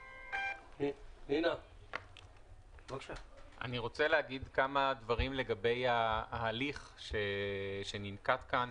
אני רוצה להגיד כמה דברים לגבי ההליך שננקט כאן,